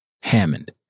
Hammond